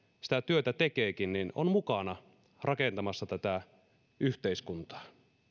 sitä työtä tekeekin niin on mukana rakentamassa tätä yhteiskuntaa